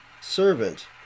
servant